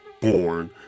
born